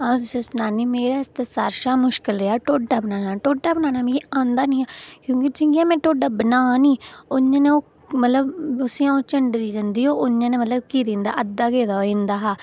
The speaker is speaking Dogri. अं'ऊ तुसेंगी सनानी मेरे आस्तै सारें कशा मुश्कल रेहा ढोड्डे बनाना ढोड्डा बनाना मिगीऔंदा नेईं हा क्योंकि जि'यां में टोड्डा बनानी उ'आं गै अं'ऊ मतलब उसी अं'ऊ चंडदी जंदी उ'आं गै मतलब किरी जंदा अद्धा गेदा होई जंदा हा